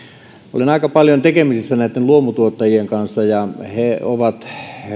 olen aika paljon tekemisissä näitten luomutuottajien kanssa ja he ovat